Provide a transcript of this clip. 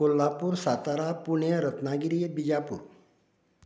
Kolhapur Satara Pune Ratnagiri Bijapur